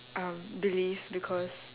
um believe because